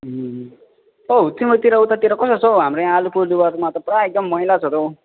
ओ तिम्रोतिर उतातिर कस्तो छ हो हाम्रो यहाँ आलिपुरद्वारमा त पुरा एकदम मैला छ त हो